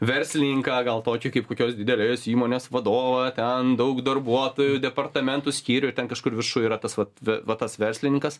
verslininką gal tokį kaip kokios didelės įmonės vadovą ten daug darbuotojų departamentų skyrių ir ten kažkur viršuj yra tas vat va tas verslininkas